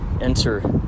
enter